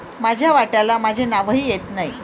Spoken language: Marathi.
माझ्या वाट्याला माझे नावही येत नाही